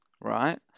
right